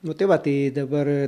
nu tai va tai dabar